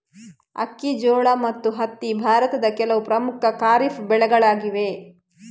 ಅಕ್ಕಿ, ಜೋಳ ಮತ್ತು ಹತ್ತಿ ಭಾರತದ ಕೆಲವು ಪ್ರಮುಖ ಖಾರಿಫ್ ಬೆಳೆಗಳಾಗಿವೆ